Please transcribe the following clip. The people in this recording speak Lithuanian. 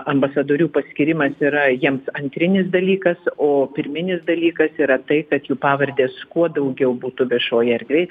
ambasadorių paskyrimas yra jiems antrinis dalykas o pirminis dalykas yra tai kad jų pavardės kuo daugiau būtų viešoj erdvėj